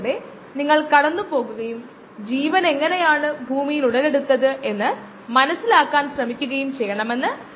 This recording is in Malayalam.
അടുത്തതായി കണ്ടുമുട്ടുമ്പോൾ നമ്മൾ ഈ പ്രശ്നം പരിഹരിച്ച് മൊഡ്യൂൾ 2 ആരംഭിക്കും